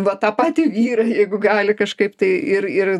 va tą patį vyrą jeigu gali kažkaip tai ir ir